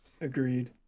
Agreed